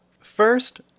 first